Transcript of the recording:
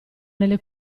nelle